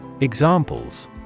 Examples